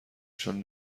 چون